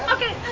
Okay